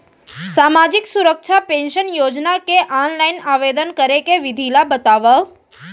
सामाजिक सुरक्षा पेंशन योजना के ऑनलाइन आवेदन करे के विधि ला बतावव